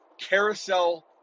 carousel